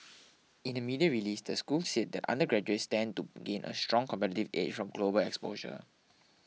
in a media release the school said that undergraduates stand to gain a strong competitive edge from global exposure